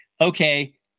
okay